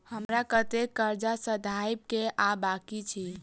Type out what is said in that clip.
हमरा कतेक कर्जा सधाबई केँ आ बाकी अछि?